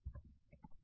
professor Arun K